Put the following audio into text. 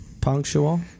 Punctual